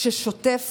ששוטף